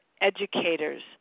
educators